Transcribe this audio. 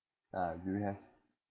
ah do you have